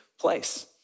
place